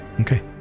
Okay